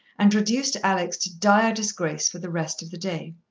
and reduced alex to dire disgrace for the rest of the day.